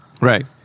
Right